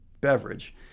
beverage